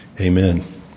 Amen